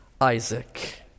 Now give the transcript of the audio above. Isaac